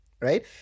right